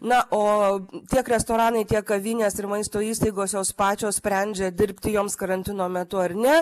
na o tiek restoranai tiek kavinės ir maisto įstaigos jos pačios sprendžia dirbti joms karantino metu ar ne